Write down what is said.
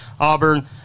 Auburn